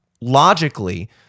logically